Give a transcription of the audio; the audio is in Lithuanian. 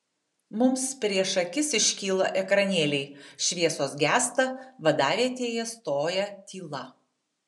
mums prieš akis iškyla ekranėliai šviesos gęsta vadavietėje stoja tyla